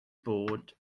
bod